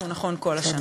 שזה נכון כל השנה.